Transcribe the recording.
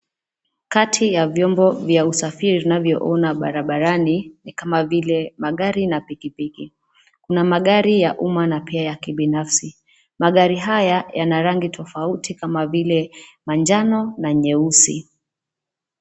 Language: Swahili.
Kati ya vyombo vya usafiri tunavyoona barabarani ni kama vile magari na pikipiki. Kuna magari ya umma na pia ya kibinafsi. Magari haya yana rangi tofauti kama vile manjano na meusi.